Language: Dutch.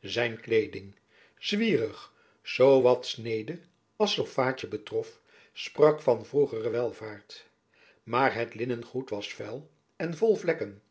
zijn kleeding zwierig zoo wat snede als stoffaadje betrof sprak van vroegere welvaart maar het linnengoed was vuil en vol vlekken